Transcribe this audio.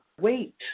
wait